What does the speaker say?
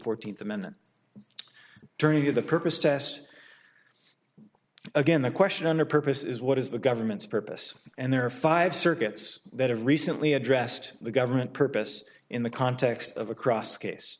fourteenth amendment turning to the purpose test again the question under purpose is what is the government's purpose and there are five circuits that have recently addressed the government purpose in the context of